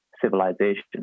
civilization